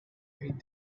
hit